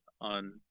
on